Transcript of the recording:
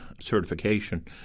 certification